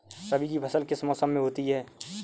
रबी की फसल किस मौसम में होती है?